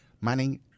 Manning